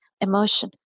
emotion